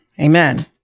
Amen